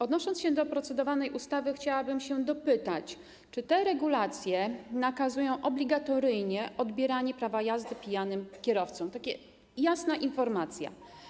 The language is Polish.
Odnosząc się do procedowanej ustawy, chciałabym się dopytać, czy te regulacje nakazują obligatoryjnie odbieranie prawa jazdy pijanym kierowcom, chodzi mi o taką jasną informację.